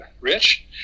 Rich